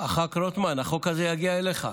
ח"כ רוטמן, החוק הזה יגיע אליך.